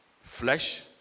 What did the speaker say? flesh